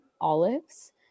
olives